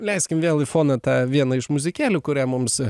leiskim vėl į foną tą vieną iš muzikėlių kurią mums